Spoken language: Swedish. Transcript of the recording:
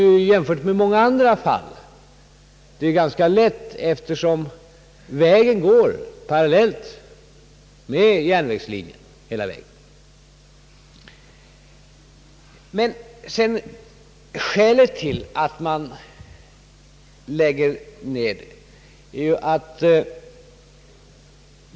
I jämförelse med många andra fall ställer det sig här ganska lätt, eftersom vägen går parallellt med järnvägslinjen hela sträckan. Skälet till att man lägger ned järnvägen är ju det stora underskottet.